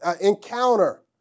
encounter